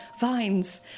vines